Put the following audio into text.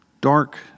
dark